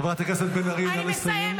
חברת הכנסת בן ארי, נא לסיים.